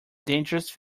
dangerous